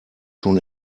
schon